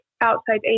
outside